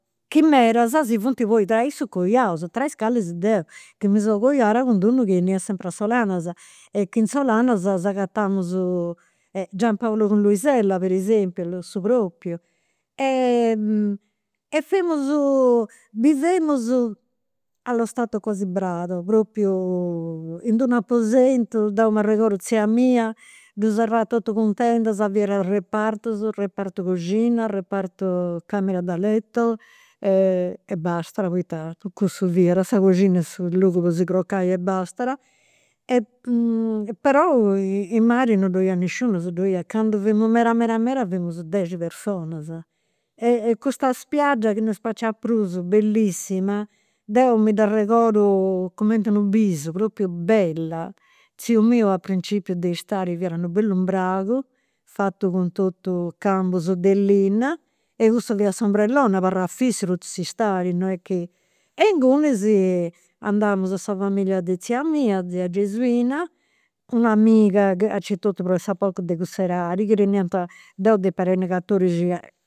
Chi meda si funt poi tra issus coiaus, tra is calis deu, chi mi seu coiada cun d'unu chi 'eniat sempri a Solanas. E chi in Solanas s'agatamus, Giampaulu cun Luisella per esempiu, su propriu. E e femus allo stato quasi brado, propriu in dd'unu aposentu. Deu m'arregordu tzia mia ddu serrat totu cun tendas, fiat repartus, repartu coxina, repartu camera da letto e bastat, poita cussu fiat sa coxina e su logu po si crocai e bastada. Però in mari non dd'oiat nisciunus, ddoi est, candu femus meda meda meda femus dexi personas. E custa spiaggia chi non spaciat prus, bellissima, deu mi dd'arregodu cumenti unu bisu, propriu bella. Tziu miu a principiu de istadi fiat unu bellu imbragu, fatu cun totu cambus de linna, e cussu fiat s'ombrelloni, abarrat fissu po totu s'istadi, non est chi. E andamus sa familia de tzia mia, tzia Gesuina, cun d'una amiga aici a totu, pressapoco de cuss'edadi, chi teniant, deu depia tenni catodixi